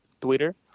Twitter